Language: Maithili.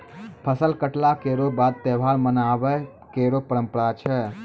फसल कटला केरो बाद त्योहार मनाबय केरो परंपरा छै